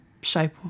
shape